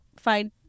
find